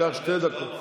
קח שתי דקות.